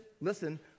listen